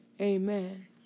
Amen